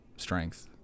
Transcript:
Strength